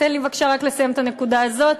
תן לי בבקשה רק לסיים את הנקודה הזאת,